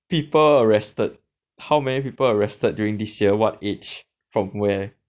people arrested how many people arrested during this year what age from where